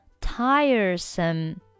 tiresome